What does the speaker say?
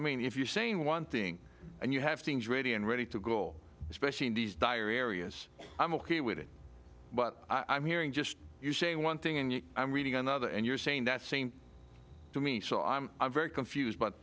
mean if you're saying one thing and you have teams ready and ready to go especially in these dire areas i'm ok with it but i'm hearing just you say one thing and i'm reading another and you're saying that same to me so i'm very confused but